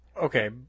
Okay